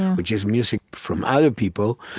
which is music from other people,